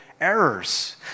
errors